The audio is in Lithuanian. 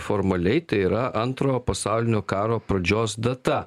formaliai tai yra antrojo pasaulinio karo pradžios data